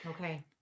Okay